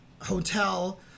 hotel